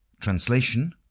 translation